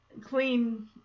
clean